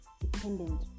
dependent